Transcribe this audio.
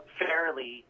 fairly